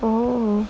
oh